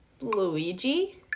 Luigi